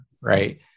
Right